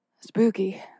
Spooky